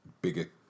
bigger